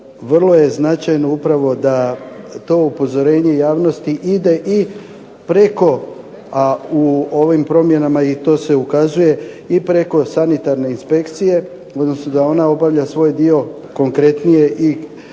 vrlo je značajno da upravo upozorenje javnosti ide i preko a u ovim promjenama to se ukazuje i preko sanitarne inspekcije, ... ona obavlja svoj dio konkretnije i